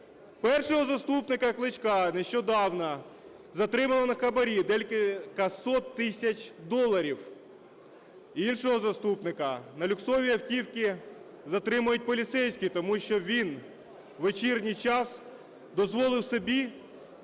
Першого заступника Кличка нещодавно затримали на хабарі в декілька сотень тисяч доларів. Іншого заступника на люксовій автівці затримують поліцейські, тому що він в вечірній час дозволив собі